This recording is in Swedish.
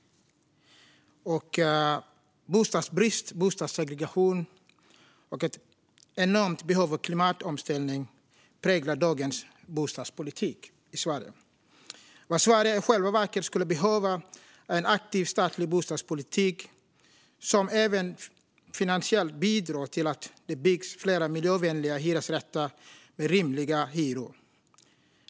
Bostadsbrist, bostadssegregation och ett enormt behov av klimatomställning präglar dagens svenska bostadspolitik. Vad Sverige i själva verket skulle behöva är en aktiv statlig bostadspolitik som även finansiellt bidrar till att det byggs fler miljövänliga hyresrätter med rimliga hyror.